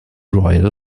royal